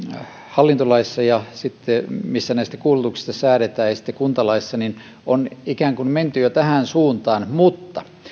hallintolaissa missä näistä kuulutuksista säädetään ja sitten kuntalaissa on jo menty ikään kuin tähän suuntaan mutta